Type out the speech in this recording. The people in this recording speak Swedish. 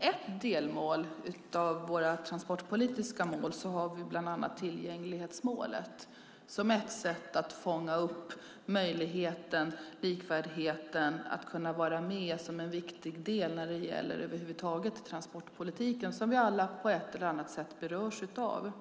Ett delmål av våra transportpolitiska mål är tillgänglighetsmålet, som ett sätt att fånga upp möjligheten, likvärdigheten, att kunna vara med som en viktig del över huvud taget när det gäller transportpolitiken, som vi alla på ett eller annat sätt berörs av.